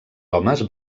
homes